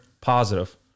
positive